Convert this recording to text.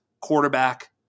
quarterback